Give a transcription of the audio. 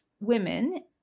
women